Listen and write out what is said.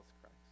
Christ